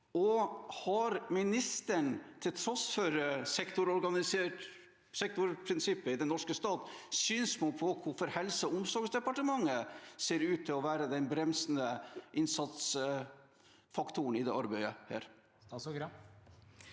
og har ministeren, til tross for sektorprinsippet i den norske stat, noe synspunkt på hvorfor Helse- og omsorgsdepartementet ser ut til å være den bremsende innsatsfaktoren i dette arbeidet? Statsråd